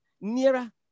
nearer